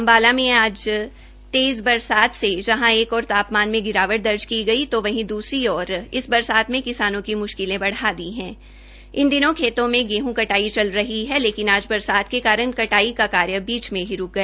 अम्बाला में आई तेज बरसात से जहां एक और तापमान में गिरावट दर्ज की गई तो वहीं दूसरी ओर इस बरसात में किसानों की मुश्किलें बढ़ा दी हैं इन दिनों खेतों में गेहूं कटाई चल रही है लेकिन आज बरसात के कारण कटाई का कार्य बीच में ही रुक गया